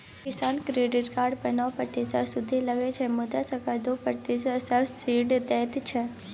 किसान credit card पर नौ प्रतिशतक सुदि लगै छै मुदा सरकार दु प्रतिशतक सब्सिडी दैत छै